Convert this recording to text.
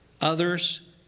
others